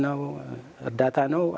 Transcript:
know that i know